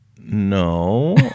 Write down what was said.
No